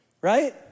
right